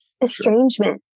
estrangement